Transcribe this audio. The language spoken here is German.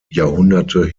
jahrhunderte